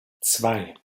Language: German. zwei